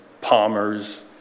Palmers